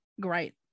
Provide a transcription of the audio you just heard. great